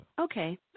Okay